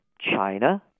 China